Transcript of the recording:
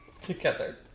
Together